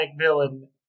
villain